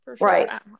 right